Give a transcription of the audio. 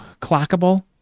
clockable